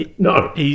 No